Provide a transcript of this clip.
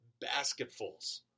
basketfuls